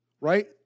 Right